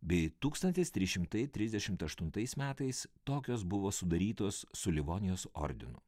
bei tūkstantis trys šimtai trisdešimt aštuntais metais tokios buvo sudarytos su livonijos ordinu